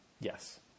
Yes